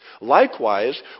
likewise